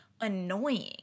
annoying